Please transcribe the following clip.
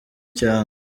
cyane